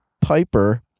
Piper